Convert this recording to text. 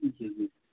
جی جی